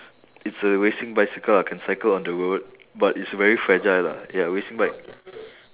it's a racing bicycle ah can cycle on the road but it's very fragile lah ya racing bike